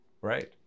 Right